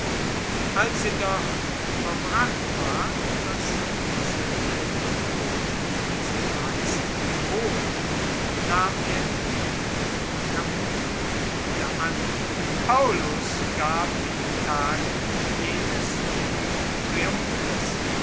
als jedoch vollbracht war was die sitte den todten zu leisten gebot nahm er die miene vom capitol wieder an paullus gab in den tagen jenes so berümten triumphes